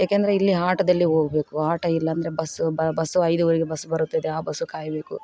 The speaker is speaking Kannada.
ಏಕಂದ್ರೆ ಇಲ್ಲಿ ಆಟೋದಲ್ಲಿ ಹೋಗ್ಬೇಕು ಆಟ ಇಲ್ಲಂದರೆ ಬಸ್ ಬಸ್ಸು ಐದುವರೆಗೆ ಬಸ್ ಬರುತ್ತಿದೆ ಆ ಬಸ್ಸು ಕಾಯಬೇಕು